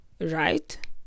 right